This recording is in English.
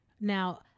now